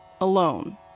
alone